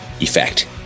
effect